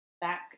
back